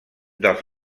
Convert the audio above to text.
dels